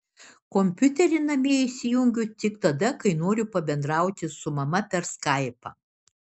kompiuterį namie įsijungiu tik tada kai noriu pabendrauti su mama per skaipą